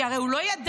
כי הרי הוא לא ידע.